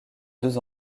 deux